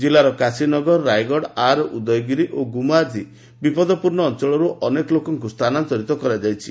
କିଲ୍ଲାର କାଶିନଗର ରାୟଗଡ଼ ଆର୍ ଉଦୟଗିରି ଓ ଗୁମ୍ମା ଆଦି ବିପଦପୂର୍ଶ୍ଣ ଅଞଳରୁ ଅନେକ ଲୋକଙ୍କୁ ସ୍ଥାନାନ୍ତରିତ କରାଯାଇଛି